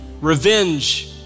revenge